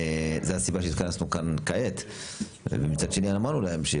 זו הסיבה שהתכנסנו כאן כעת ומצד שני אמרנו להם,